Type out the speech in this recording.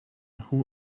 who